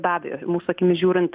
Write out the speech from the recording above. be abejo mūsų akimis žiūrint